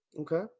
Okay